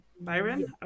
Byron